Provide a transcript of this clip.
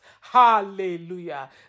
hallelujah